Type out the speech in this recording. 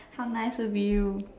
how nice of you